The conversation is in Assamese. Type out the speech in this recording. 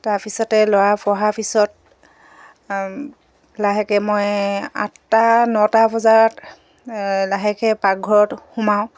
তাৰপিছতে ল'ৰা পঢ়াৰ পিছত লাহেকে মই আঠটা নটা বজাৰত লাহেকে পাকঘৰত সোমাওঁ